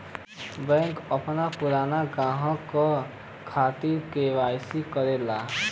bank अपने पुराने ग्राहक के खातिर के.वाई.सी करला